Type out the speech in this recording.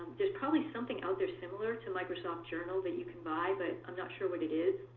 there's probably something out there similar to microsoft journal that you can buy, but i'm not sure what it is.